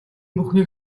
бүхнийг